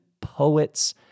poets